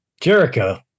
Jericho